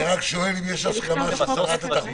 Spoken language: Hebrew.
אני רק שואל אם יש הסכמה של שרת התחבורה.